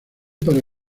para